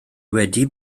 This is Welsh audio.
wedi